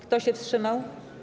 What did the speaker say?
Kto się wstrzymał?